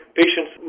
patients